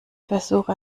versuche